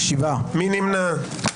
מי נמנע?